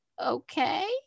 okay